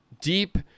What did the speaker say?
deep